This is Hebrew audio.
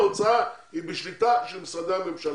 ההוצאה היא בשליטה של משרדי הממשלה.